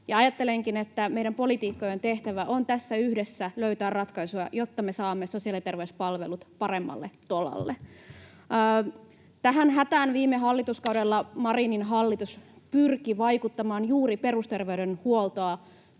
Ajattelenkin, että meidän poliitikkojen tehtävä on tässä yhdessä löytää ratkaisuja, jotta me saamme sosiaali‑ ja terveyspalvelut paremmalle tolalle. Tähän hätään viime hallituskaudella Marinin hallitus pyrki vaikuttamaan juuri perusterveydenhuoltoa